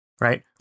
Right